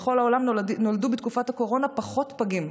בכל העולם נולדו בתקופת הקורונה פחות פגים,